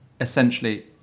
essentially